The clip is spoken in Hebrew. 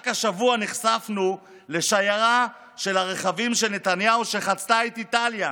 רק השבוע נחשפנו לשיירה של הרכבים של נתניהו שחצתה את איטליה,